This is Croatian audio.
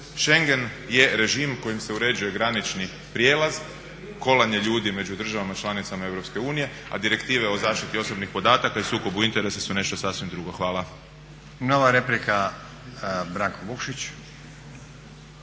Šengen je režim kojim se uređuje granični prijelaz, kolanje ljudi među državama članicama Europske unije a direktive o zaštiti osobnih podataka i sukobu interesa su nešto sasvim drugo. Hvala. **Stazić, Nenad (SDP)**